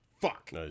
Fuck